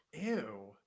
Ew